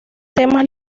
temas